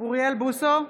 אוריאל בוסו,